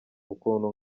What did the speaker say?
ukuntu